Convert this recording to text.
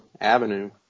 avenue